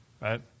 right